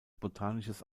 botanisches